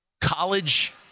College